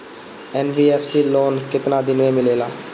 NBFC loan केतना दिन मे मिलेला?